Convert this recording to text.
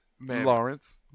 Lawrence